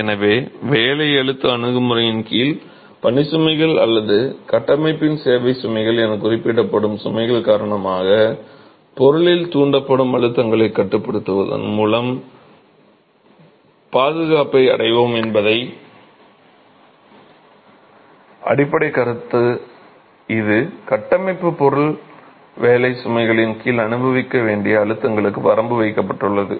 எனவே வேலை அழுத்த அணுகுமுறையின் கீழ் பணிச்சுமைகள் அல்லது கட்டமைப்பின் சேவை சுமைகள் என குறிப்பிடப்படும் சுமைகள் காரணமாக பொருளில் தூண்டப்படும் அழுத்தங்களை கட்டுப்படுத்துவதன் மூலம் பாதுகாப்பை அடைவோம் என்பதே அடிப்படைக் கருத்து இது கட்டமைப்பு பொருள் வேலை சுமைகளின் கீழ் அனுபவிக்க வேண்டிய அழுத்தங்களுக்கு வரம்பு வைக்கப்பட்டுள்ளது